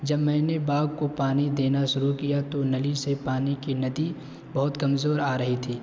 جب میں نے باغ کو پانی دینا شروع کیا تو نلی سے پانی کی ندی بہت کمزور آ رہی تھی